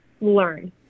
learn